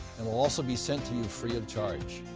and will also be sent to you free of charge.